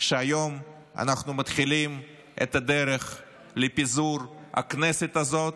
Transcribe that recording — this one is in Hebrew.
שהיום אנחנו מתחילים את הדרך לפיזור הכנסת הזאת,